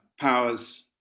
powers